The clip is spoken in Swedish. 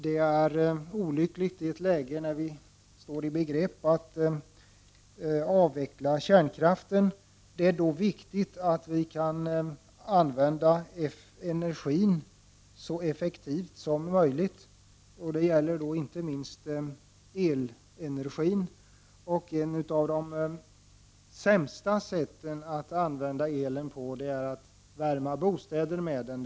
Det är olyckligt i ett läge när vi står i begrepp att avveckla kärnkraften. Det är då viktigt att vi kan använda energin så effektivt som möjligt. Det gäller inte minst elenergin. Och ett av de sämsta sätten att använda elen är att värma bostäder med den.